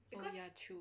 oh ya true